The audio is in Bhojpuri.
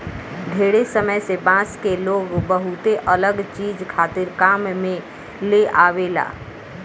ढेरे समय से बांस के लोग बहुते अलग चीज खातिर काम में लेआवेला